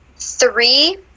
three